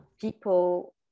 people